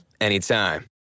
anytime